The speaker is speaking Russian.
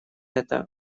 это